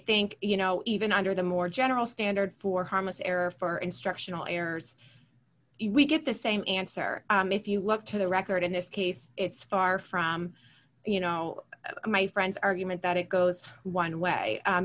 think you know even under the more general standard for harmless error for instructional errors we get the same answer if you look to the record in this case it's far from you know my friends argument that it goes one way